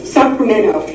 Sacramento